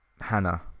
Hannah